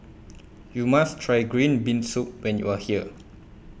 YOU must Try Green Bean Soup when YOU Are here